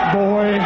boy